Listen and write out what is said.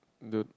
don't